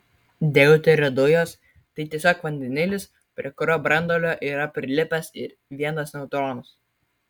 deuterio dujos tai tiesiog vandenilis prie kurio branduolio yra prilipęs ir vienas neutronas